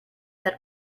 that